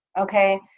Okay